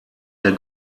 der